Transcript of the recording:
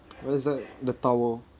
what is that the towel